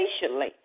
patiently